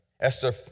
Esther